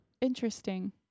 interesting